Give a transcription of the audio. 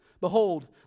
Behold